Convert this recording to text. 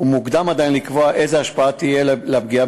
מוקדם עדיין לקבוע איזו השפעה תהיה לפגיעה